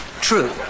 True